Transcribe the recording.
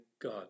God